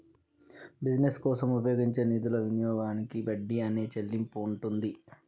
business కోసం ఉపయోగించే నిధుల వినియోగానికి వడ్డీ అనే చెల్లింపు ఉంటుంది